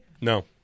No